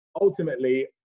ultimately